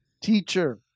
teacher